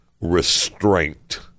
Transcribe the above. restraint